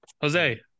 Jose